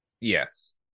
Yes